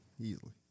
Easily